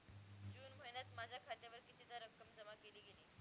जून महिन्यात माझ्या खात्यावर कितीदा रक्कम जमा केली गेली?